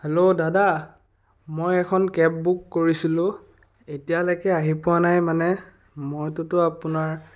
hello দাদা মই এখন কেব বুক কৰিছিলোঁ এতিয়ালৈকে আহি পোৱা নাই মানে মইতোতো আপোনাৰ